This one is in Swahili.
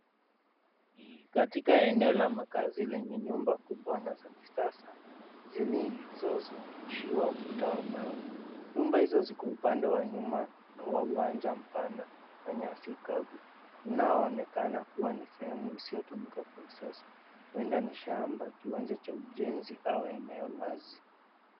Ni katika eneo la makazi lenye nyumba kubwa na za kisasa, zilizozungushiwa ukuta wa mawe. Nyumba hizo ziko upande wa nyuma wa uwanja mpana, na nyasi kavu. Unaoonekana kuwa ni sehemu isiyotumika kwa sasa. Huenda ni shamba, kiwanja cha ujenzi au eneo wazi.